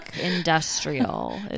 industrial